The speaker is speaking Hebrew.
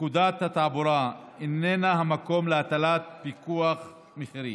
פקודת התעבורה איננה המקום להטלת פיקוח על מחירים.